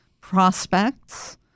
prospects